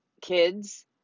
kids